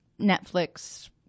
Netflix